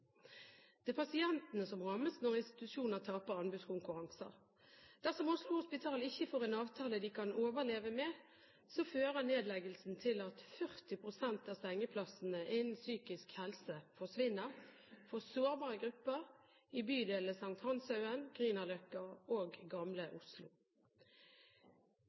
Det er pasientene som rammes når institusjoner taper anbudskonkurranser. Dersom Oslo Hospital ikke får en avtale de kan overleve med, fører nedleggelsen til at 40 pst. av sengeplassene innen psykisk helse forsvinner for sårbare grupper i bydelene St. Hanshaugen, Grünerløkka og gamle Oslo.